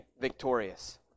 victorious